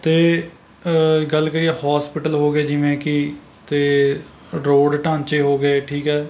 ਅਤੇ ਗੱਲ ਕਰੀਏ ਹੋਸਪੀਟਲ ਹੋ ਗਏ ਜਿਵੇਂ ਕਿ ਅਤੇ ਰੋਡ ਢਾਂਚੇ ਹੋ ਗਏ ਠੀਕ ਹੈ